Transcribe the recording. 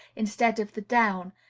instead of the down,